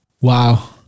Wow